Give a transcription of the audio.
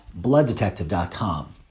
blooddetective.com